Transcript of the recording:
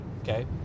okay